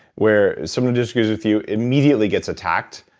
where someone who disagrees with you immediately gets attacked,